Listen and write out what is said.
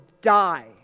die